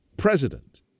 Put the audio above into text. president